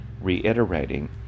reiterating